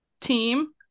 team